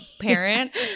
parent